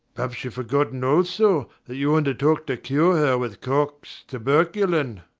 perhaps youve forgotten also that you undertook to cure her with koch's tuberculin.